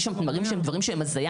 יש שם דברים שהם הזיה